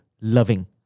loving